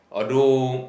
although